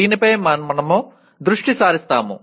దీని పై మనము దృష్టి సారిస్తాము